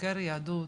חוקר יהדות,